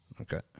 Okay